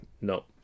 no